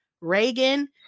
Reagan